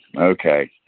Okay